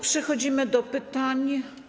Przechodzimy do pytań.